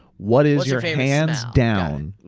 what is your, hands down,